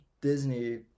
Disney